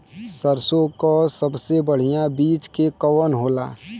सरसों क सबसे बढ़िया बिज के कवन होला?